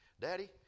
Daddy